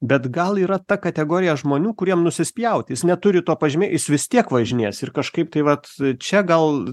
bet gal yra ta kategorija žmonių kuriem nusispjaut jis neturi to pažymė jis vis tiek važinės ir kažkaip tai vat čia gal